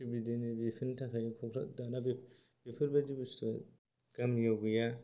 बिदिनो बेफोरनि थाखायनो दाना बे बेफोरबादि बुस्थु गामियाव गैया